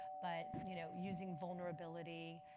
but you know using vulnerability,